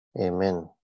Amen